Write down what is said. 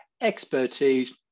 expertise